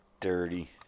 Dirty